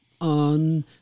on